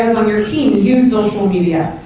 on your team use social media.